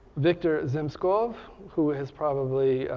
viktor zemskov, who has probably,